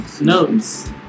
notes